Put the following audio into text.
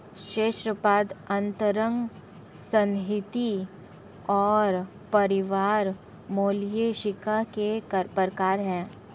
शीर्शपाद अंतरांग संहति और प्रावार मोलस्का के प्रकार है